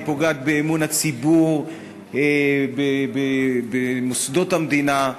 היא פוגעת באמון הציבור במוסדות המדינה.